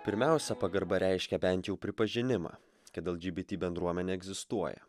pirmiausia pagarba reiškia bent jau pripažinimą kad lgbt bendruomenė egzistuoja